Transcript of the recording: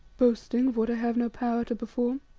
boasting of what i have no power to perform.